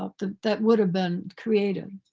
ah that would have been created.